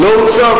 לא,